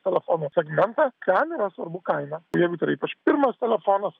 telefono segmentą kamerą svarbu kaina o jeigu dar ypač pirmas telefonas